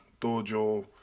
dojo